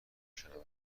شنونده